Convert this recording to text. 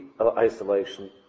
isolation